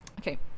okay